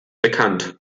bekannt